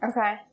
Okay